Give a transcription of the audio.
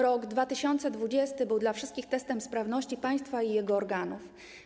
Rok 2020 był dla wszystkich testem sprawności państwa i jego organów.